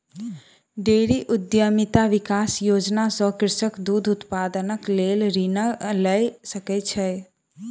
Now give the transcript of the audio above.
dairy उद्यमिता विकास योजना सॅ कृषक दूध उत्पादनक लेल ऋण लय सकै छै